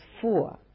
four